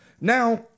Now